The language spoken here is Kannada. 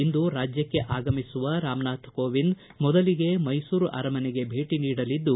ಇಂದು ರಾಜ್ಯಕ್ಷೆ ಆಗಮಿಸುವ ರಾಮನಾಥ್ ಕೋವಿಂದ್ ಮೊದಲಿಗೆ ಮೈಸೂರು ಅರಮನೆಗೆ ಭೇಟ ನೀಡಲಿದ್ದು